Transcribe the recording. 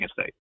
State